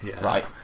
right